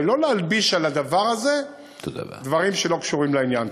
ולא להלביש על הדבר הזה דברים שלא קשורים לעניין.